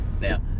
Now